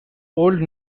old